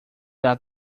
dar